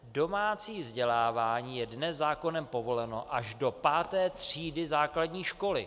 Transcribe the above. Domácí vzdělávání je dnes zákonem povoleno až do páté třídy základní školy.